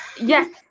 Yes